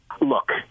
Look